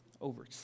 over